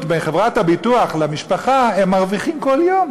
בין חברת הביטוח למשפחה הם מרוויחים כל יום,